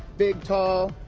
big, tall,